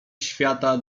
świata